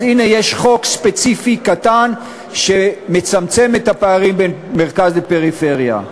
אז הנה יש חוק ספציפי קטן שמצמצם את הפערים בין מרכז לפריפריה.